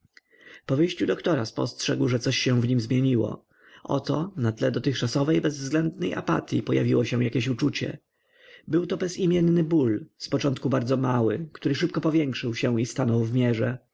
wyjściu doktora spostrzegł że coś się w nim zmieniło oto na tle dotychczas bezwględnej apatyi pojawiło się jakieś uczucie byłto bezimienny ból zpoczątku bardzo mały który szybko powiększył się i stanął